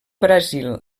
brasil